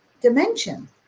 dimension